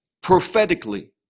prophetically